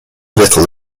little